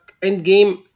Endgame